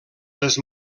les